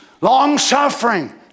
long-suffering